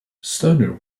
stoner